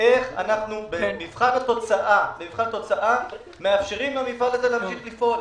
איך אנחנו במבחן התוצאה מאפשרים למפעל הזה להמשיך לפעול.